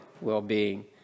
well-being